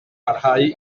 barhau